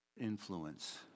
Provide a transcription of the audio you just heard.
influence